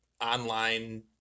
online